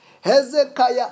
Hezekiah